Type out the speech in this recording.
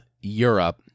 Europe